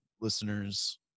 listeners